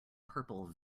purple